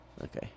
Okay